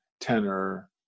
tenor